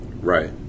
Right